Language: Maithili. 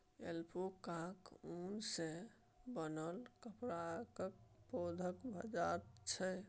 ऐल्पैकाक ऊन सँ बनल कपड़ाक पैघ बाजार छै